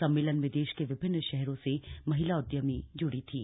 सम्मेलन में देश के विभिन्न शहरों से महिला उद्यमी जुड़ी थीं